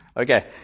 Okay